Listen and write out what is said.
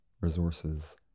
resources